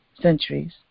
centuries